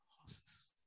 horses